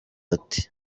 ati